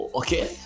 okay